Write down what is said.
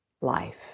life